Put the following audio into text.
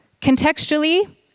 Contextually